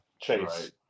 Chase